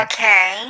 Okay